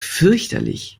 fürchterlich